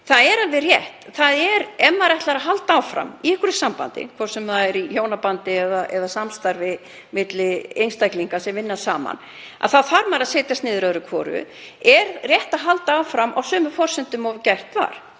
Það er alveg rétt. Ef maður ætlar að halda áfram í einhverju sambandi, hvort sem er í hjónabandi eða samstarfi milli einstaklinga sem vinna saman, þá þarf maður að setjast niður öðru hvoru og spyrja: Er rétt að halda áfram á sömu forsendum og gert var?